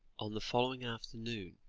on the following afternoon,